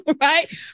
right